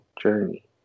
journey